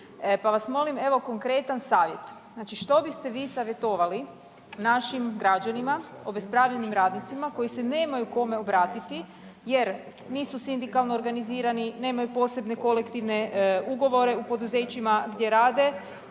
pa vas molim evo konkretan savjet, znači što biste vi savjetovali našim građanima, obespravljenim radnicima koji se nemaju kome obratiti jer nisu sindikalno organizirani, nemaju posebne kolektivne ugovore u poduzećima gdje rade,